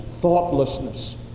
thoughtlessness